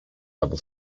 level